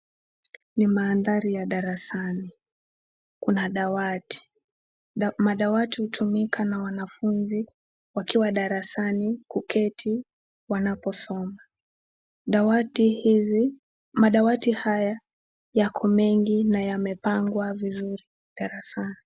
Ni mandhari ya darasani. Kuna dawati. Madawati hutumika na wanafunzi wakiwa darasani kuketi wanaposoma. Dawati hizi madawati haya yako mengi na yamepangwa vizuri darasani.